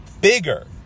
Bigger